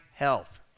health